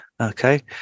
Okay